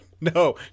No